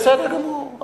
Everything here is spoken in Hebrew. בסדר גמור.